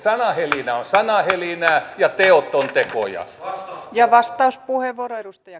sanahelinä on sanahelinää ja teot ovat tekoja